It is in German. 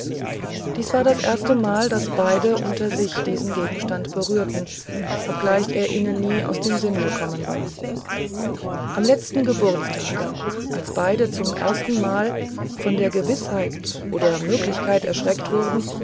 dies war das erstemal daß beide unter sich diesen gegenstand berührten obgleich er ihnen nie aus dem sinn gekommen war am letzten geburtstage als beide zum erstenmal von der gewißheit oder möglichkeit erschreckt wurden